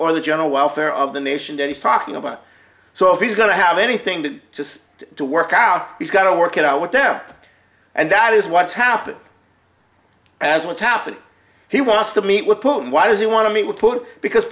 or the general welfare of the nation that he's talking about so if he's going to have anything to just to work out he's got to work it out with damp and that is what's happening as what's happened he wants to meet with whom why does he want to meet with putin because